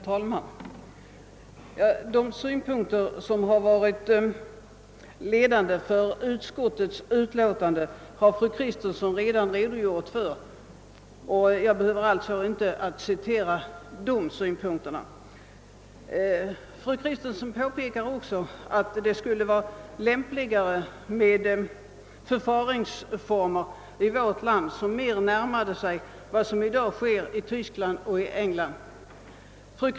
Herr talman! De synpunkter som har varit vägledande för utskottet har fru Kristensson redan redogjort för. Jag behöver alltså inte återge de synpunkterna. Fru Kristensson påpekar också att det skulle vara lämpligare med förvaringsformer i vårt land som mer närmade sig sådana som i dag tillämpas i Tyskland och i England.